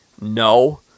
no